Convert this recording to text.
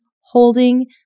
holding